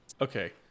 Okay